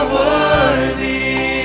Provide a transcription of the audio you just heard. worthy